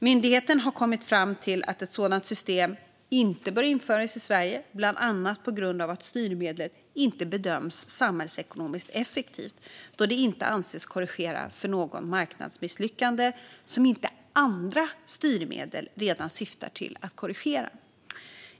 Myndigheten har kommit fram till att ett sådant system inte bör införas i Sverige, bland annat på grund av att styrmedlet inte bedöms samhällsekonomiskt effektivt då det inte anses korrigera för något marknadsmisslyckande som inte andra styrmedel redan syftar till att korrigera.